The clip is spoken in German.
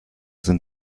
sind